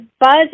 buzz